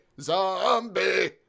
zombie